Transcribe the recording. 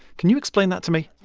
can you explain that to me?